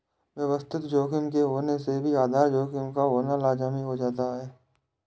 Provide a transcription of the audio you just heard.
व्यवस्थित जोखिम के होने से भी आधार जोखिम का होना लाज़मी हो जाता है